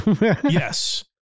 Yes